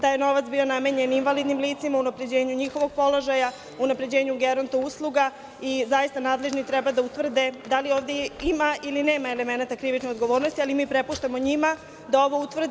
Taj novac je bio namenjen invalidnim licima, unapređenju njihovog položaja, unapređenju geronto usluga i zaista nadležni treba da utvrde da li ovde ima ili nema elemenata krivične odgovornosti, ali mi prepuštamo njima da ovo utvrde.